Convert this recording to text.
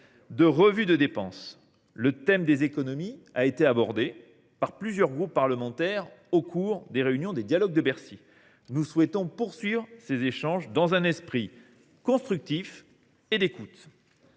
le Gouvernement ? Le thème des économies a été abordé par plusieurs groupes parlementaires au cours des réunions des dialogues de Bercy. Nous souhaitons poursuivre ces échanges, dans un esprit constructif et d’écoute.